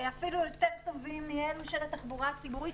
אפילו יותר טובים מאלו של התחבורה הציבורית,